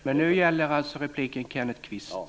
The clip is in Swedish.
Men nu gäller alltså repliken Kenneth Kvist!